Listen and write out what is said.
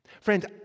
Friends